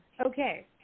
okay